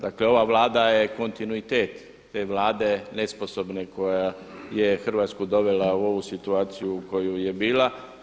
Dakle, ova Vlada je kontinuitet, te Vlade nesposobne koja je Hrvatsku dovela u ovu situaciju u kojoj je bila.